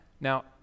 now